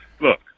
Look